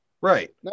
right